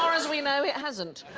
far as we know it hasn't